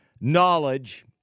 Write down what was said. knowledge